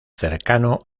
cercano